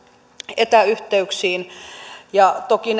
etäyhteyksiin ja toki